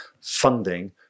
funding